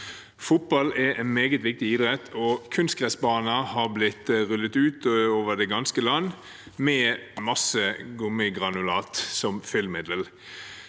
Fotball er en meget viktig idrett, og kunstgressbaner har blitt rullet ut over det ganske land, med masse gummigranulat som fyllmiddel.